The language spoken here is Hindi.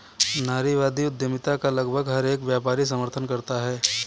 नारीवादी उद्यमिता का लगभग हर एक व्यापारी समर्थन करता है